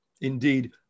indeed